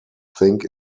think